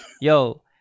yo